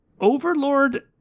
overlord